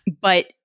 But-